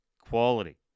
quality